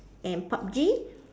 and PUB-G